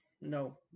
no